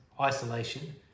Isolation